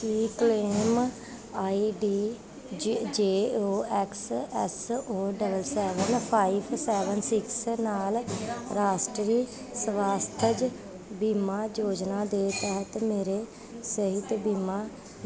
ਕੀ claim ID J O X S O double seven five seven six ਨਾਲ ਰਾਸ਼ਟਰੀ ਸਵਾਸਥਯ ਬੀਮਾ ਯੋਜਨਾ ਦੇ ਤਹਿਤ ਮੇਰੇ ਸਿਹਤ ਬੀਮਾ